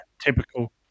typical